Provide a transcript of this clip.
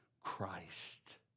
Christ